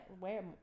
wear